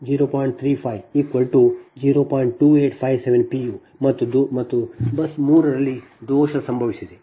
u ಮತ್ತು bus 3 ನಲ್ಲಿ ದೋಷ ಸಂಭವಿಸಿದೆ